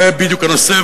זה בדיוק הנושא,